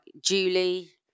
Julie